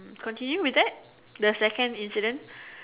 continue with that the second incident